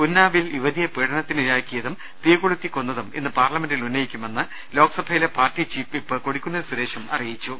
ഉന്നാവിൽ യുവതിയെ പീഡനത്തിനിരയാക്കിയതും തീ കൊളുത്തി കൊന്നതും ഇന്ന് പാർലമെന്റിൽ ഉന്നയിക്കുമെന്ന് ലോക്സഭ യിലെ party chief whip Kodikunnil Suresh അറിയിച്ചു